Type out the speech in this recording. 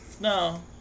No